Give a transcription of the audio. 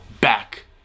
back